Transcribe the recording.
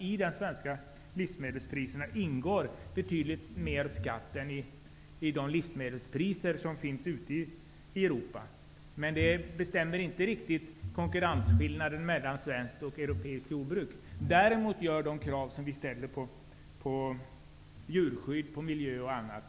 I de svenska livsmedelspriserna ingår betydligt mera skatt än i de livsmedelspriser man finner ute i Europa. Men de bestämmer inte konkurrensskillnaden mellan svenskt och europeiskt jordbruk -- däremot i fråga om de krav vi ställer på djurskydd, miljö osv.